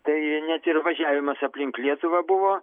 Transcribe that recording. tai net ir važiavimas aplink lietuvą buvo